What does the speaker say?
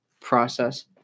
process